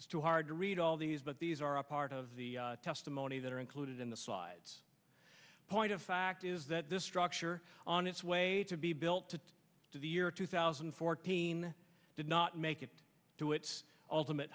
it's too hard to read all these but these are a part of the testimony that are included in the slides point of fact is that this structure on its way to be built to do the year two thousand and fourteen did not make it to its ultimate